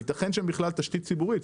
ייתכן שאין בכלל תשתית ציבורית,